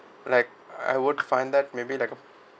like I would find that maybe like a